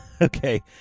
Okay